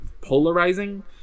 polarizing